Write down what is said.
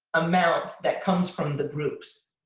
amount that comes from the groups.